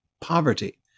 poverty